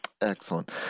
Excellent